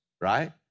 right